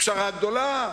פשרה גדולה,